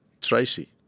Tracy